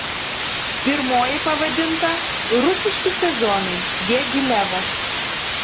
pirmoji pavadinta rusiški sezonai diagilevas